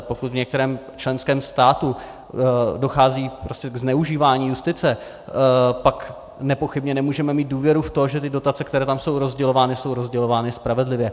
Pokud v některém členském státě dochází prostě k zneužívání justice, pak nepochybně nemůžeme mít důvěru v to, že ty dotace, které tam jsou rozdělovány, jsou rozdělovány spravedlivě.